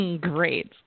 Great